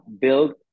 build